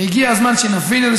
והגיע הזמן שנבין את זה,